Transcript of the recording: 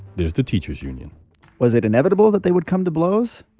there's the teachers union was it inevitable that they would come to blows?